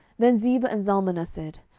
then zebah and zalmunna said,